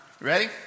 Ready